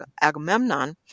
Agamemnon